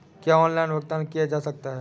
क्या ऑनलाइन भुगतान किया जा सकता है?